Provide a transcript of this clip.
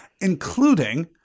including